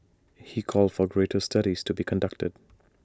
he called for greater studies to be conducted